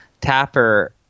Tapper